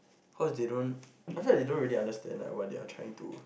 cause they don't I feel like they don't really understand like what they are trying to